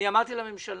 אמרתי לממשלה,